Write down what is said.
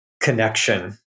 connection